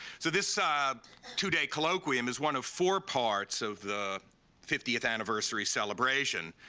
so this ah um two day colloquium is one of four parts of the fiftieth anniversary celebration.